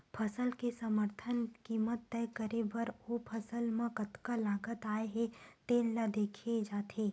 फसल के समरथन कीमत तय करे बर ओ फसल म कतका लागत आए हे तेन ल देखे जाथे